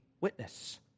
Witness